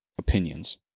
opinions